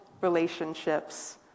relationships